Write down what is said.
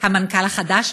המנכ"ל החדש,